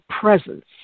presence